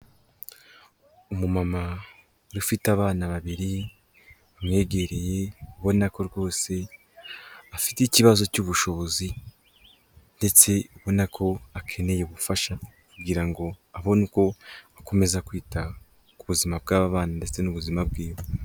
Umu mama ufite abana babiri bamwegereriye ubona ko rwose afite ikibazo cy'ubushobozi ,ndetse ubona ko akeneye ubufasha kugira ngo abone uko akomeza kwita ku buzima bw'aba bana ndetse n'ubuzima bwiwe.